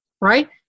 right